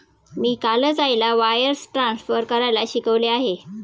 मी कालच आईला wires transfer करायला शिकवले आहे